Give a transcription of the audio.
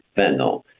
fentanyl